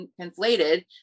conflated